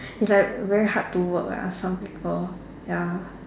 it's like very hard to work lah some people ya